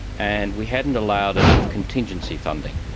and we hadn't allowed enough contingency funding.